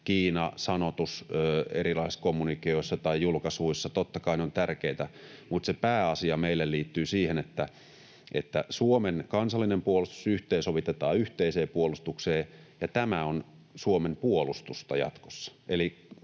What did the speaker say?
Kiina-sanoitus erilaisissa kommunikeoissa tai julkaisuissa — totta kai ne ovat tärkeitä, mutta se pääasia meille liittyy siihen, että Suomen kansallinen puolustus yhteensovitetaan yhteiseen puolustukseen, ja tämä on Suomen puolustusta jatkossa